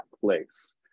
place